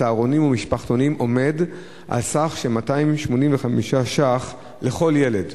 צהרונים ומשפחתונים הם בסך 285 שקלים לכל ילד.